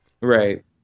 Right